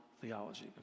theology